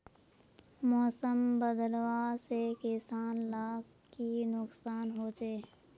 मौसम बदलाव से किसान लाक की नुकसान होचे?